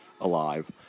alive